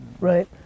right